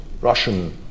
Russian